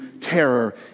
terror